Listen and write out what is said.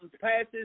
passes